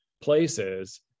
places